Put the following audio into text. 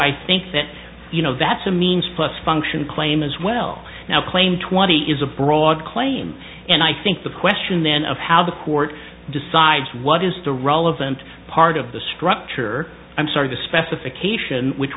i think that that's a means plus function claim as well now claim twenty is a broad claim and i think the question then of how the court decides what is the relevant part of the structure i'm sorry the specification which